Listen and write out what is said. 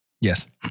Yes